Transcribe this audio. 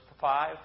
five